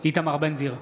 איתמר בן גביר,